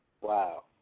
Wow